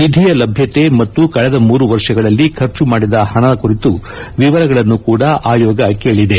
ನಿಧಿಯ ಲಭ್ಞತೆ ಮತ್ತು ಕಳೆದ ಮೂರು ವರ್ಷಗಳಲ್ಲಿ ಖರ್ಚುಮಾಡಿದ ಹಣದ ಕುರಿತ ವಿವರಗಳನ್ನು ಕೂಡಾ ಆಯೋಗ ಕೇಳದೆ